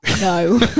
No